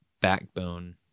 backbone